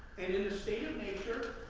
and in a state of nature,